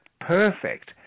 perfect